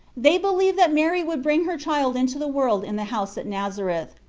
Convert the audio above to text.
they believed that mary would bring her child into the world in the house at nazareth,